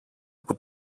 που